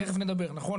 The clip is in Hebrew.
נכון, אלה שיודעים.